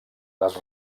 les